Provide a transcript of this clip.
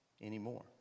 anymore